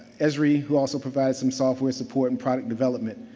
esri, who also provided some software support and product development,